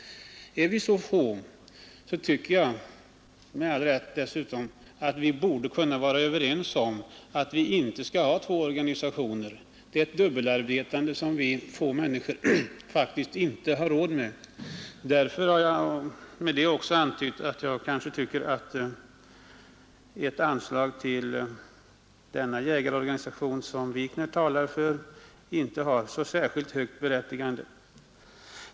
När vi är så få tycker jag — med all rätt dessutom — att vi borde kunna vara Överens om att vi inte behöver ha två organisationer; det medför ett dubbelarbete som vi fåtaliga människor faktiskt inte har råd med. Därmed har jag också antytt att jag tycker att ett anslag till den jägarorganisation som herr Wikner talar för inte har särskilt stort berättigande.